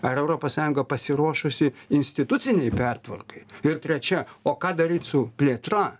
ar europos sąjunga pasiruošusi institucinei pertvarkai ir trečia o ką daryt su plėtra